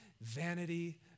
vanity